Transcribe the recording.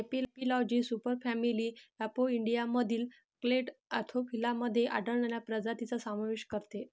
एपिलॉजी सुपरफॅमिली अपोइडियामधील clade Anthophila मध्ये आढळणाऱ्या प्रजातींचा समावेश करते